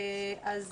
אז